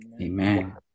Amen